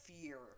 fear